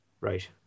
Right